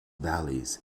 valleys